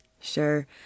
Sure